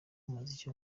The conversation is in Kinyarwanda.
umuziki